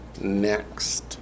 Next